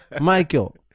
Michael